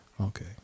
Okay